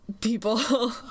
people